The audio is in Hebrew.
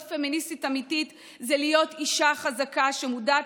פמיניסטית אמיתית זה להיות אישה חזקה שמודעת